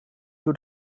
door